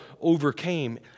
overcame